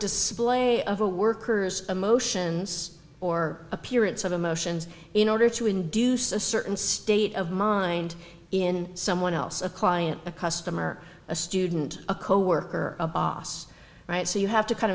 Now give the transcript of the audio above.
display of a worker's emotions or appearance of emotions in order to induce a certain state of mind in someone else a client a customer a student a coworker a boss right so you have to kind